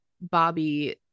Bobby